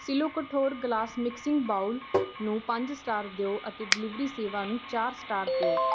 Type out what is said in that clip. ਸਿਲੋ ਕਠੋਰ glass mixing bowl ਨੂੰ ਪੰਜ ਸਟਾਰ ਦਿਓ ਅਤੇ ਡਿਲੀਵਰੀ ਸੇਵਾ ਨੂੰ ਚਾਰ ਸਟਾਰ ਦਿਓ